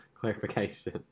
clarification